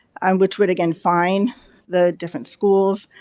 and which would again fine the different schools.